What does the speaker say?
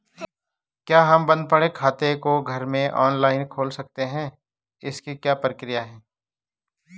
क्या हम बन्द पड़े खाते को घर में ऑनलाइन खोल सकते हैं इसकी क्या प्रक्रिया है?